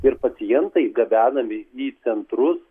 ir pacientai gabenami į centrus